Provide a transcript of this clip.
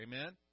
amen